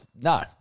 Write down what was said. no